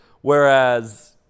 Whereas